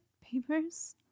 Papers